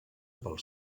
pel